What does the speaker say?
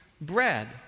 bread